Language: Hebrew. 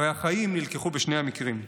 הרי החיים נלקחו בשני המקרים,